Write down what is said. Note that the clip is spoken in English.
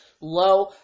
low